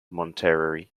monterrey